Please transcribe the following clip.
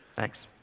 thanks.